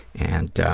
and